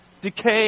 decay